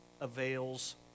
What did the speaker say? avails